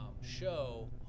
show